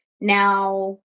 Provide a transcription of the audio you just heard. Now